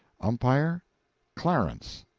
umpire clarence.